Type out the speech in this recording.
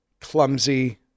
clumsy